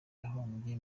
yahombye